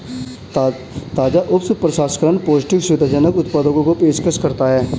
ताजा उपज प्रसंस्करण पौष्टिक, सुविधाजनक उत्पादों की पेशकश करता है